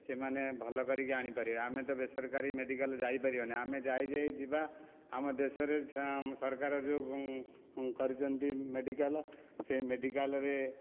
ସେମାନେ ଭଲକରିକି ଆଣିପାରିବେ ଆମେ ତ ବେସରକାରୀ ମେଡ଼ିକାଲ ଯାଇପାରିବାନି ଆମେ ଯାଇ ଯାଇ ଯିବା ଆମ ଦେଶରେ ସରକାର ଯେଉଁ କରିଛନ୍ତି ମେଡ଼ିକାଲ ସେଇ ମେଡ଼ିକାଲରେ